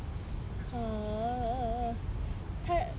err